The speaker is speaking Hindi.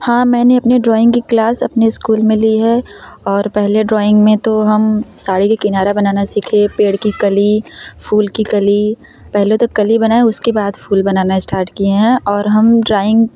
हाँ मैंने अपनी ड्रॉइंग की क्लास अपने स्कूल में ली है और पहले ड्रॉइंग में तो हम साड़ी का किनारा बनाना सीखे पेड़ की कली फूल की कली पहले तो कली बनाए उसके बाद फूल बनाना स्टार्ट किए हैं और हम ड्राइंग